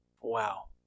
wow